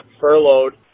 furloughed